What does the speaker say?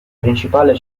principale